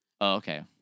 okay